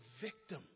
victim